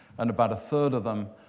and about a third of them,